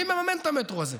מי מממן את המטרו הזה?